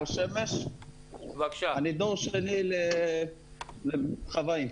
אני דור שני לחוואים,